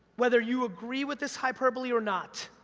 whether you agree with this hyperbole or not,